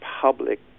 public